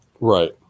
Right